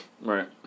Right